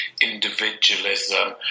individualism